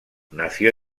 nació